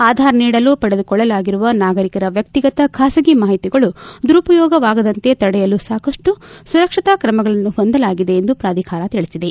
ಆಧಾರ್ ನೀಡಲು ಪಡೆದುಕೊಳ್ಳಲಾಗಿರುವ ನಾಗರಿಕರ ವ್ವಕ್ತಿಗತ ಖಾಸಗಿ ಮಾಹಿತಿಗಳು ದುರುಪಯೋಗವಾಗದಂತೆ ತಡೆಯಲು ಸಾಕಷ್ಟು ಸುರಕ್ಷತಾ ಕ್ರಮಗಳನ್ನು ಹೊಂದಲಾಗಿದೆ ಎಂದು ಪ್ರಾಧಿಕಾರ ತಿಳಿಸಿದೆ